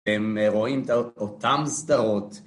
הם רואים אותם סדרות